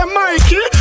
mikey